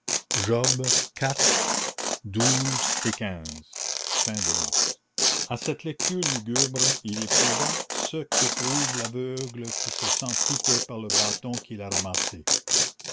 hérissa à cette lecture lugubre il éprouva ce qu'éprouve l'aveugle qui se sent piquer par le bâton qu'il a ramassé